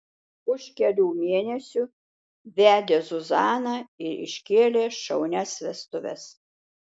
už kelių mėnesių vedė zuzaną ir iškėlė šaunias vestuves